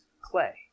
clay